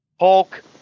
Hulk